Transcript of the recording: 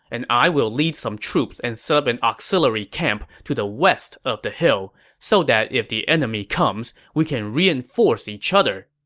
and i will lead some troops and set up an auxiliary camp to the west of the hill, so that if the enemy comes, we can reinforce each other.